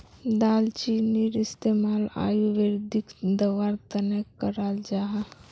दालचीनीर इस्तेमाल आयुर्वेदिक दवार तने कराल जाहा